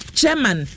Chairman